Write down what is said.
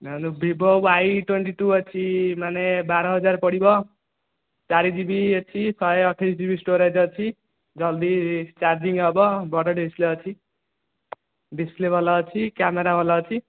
ନାଇଁ Vivo Y twenty two ଅଛି ମାନେ ବାର ହଜାର ପଡ଼ିବ ଚାରି ଜି ବି ଅଛି ଶହେ ଅଠେଇଶ ଜି ବି ଷ୍ଟୋରେଜ୍ ଅଛି ଜଲ୍ଦି ଚାର୍ଜିଂ ହେବ ବଡ ଡିସ୍ପ୍ଲେ ଅଛି ଡିସ୍ପ୍ଲେ ଭଲ ଅଛି କ୍ୟାମେରା ଭଲ ଅଛି